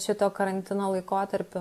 šito karantino laikotarpiu